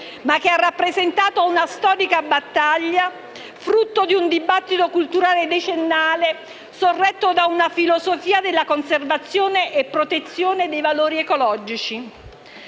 ma ha rappresentato una storica battaglia, frutto di un dibattito culturale decennale sorretto da una filosofia della conservazione e protezione dei valori ecologici.